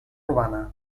urbana